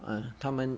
uh 他们